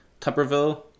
Tupperville